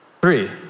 three